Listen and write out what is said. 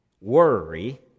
Worry